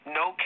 no